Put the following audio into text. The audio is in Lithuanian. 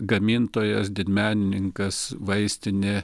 gamintojas didmenininkas vaistinė